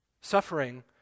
Suffering